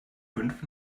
fünf